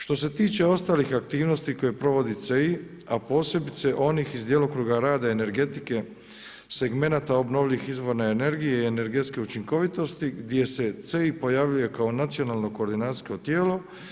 Što se tiče ostalih aktivnosti koje provodi CEI, a posebice onih iz djelokruga rada energetike segmenata obnovljivih izvora energije i energetske učinkovitosti gdje se CEI pojavljuje kao nacionalno koordinacijsko tijelo.